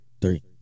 Three